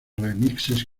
remixes